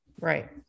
right